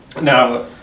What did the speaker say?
now